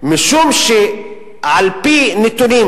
משום שעל-פי נתונים